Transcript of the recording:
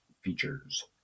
features